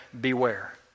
beware